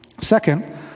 Second